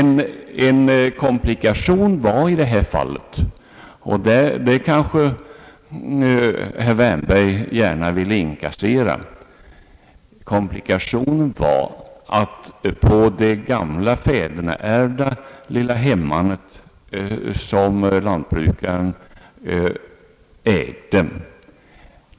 Köparen betalade inte något överpris — det visade sig att vad han fick in vid avverkningen var rimligt — och domänverket kan säkert räkna på skog, så vi kan vara övertygade om att verket inte skänkte bort någonting.